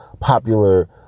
popular